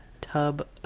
tub